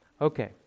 Okay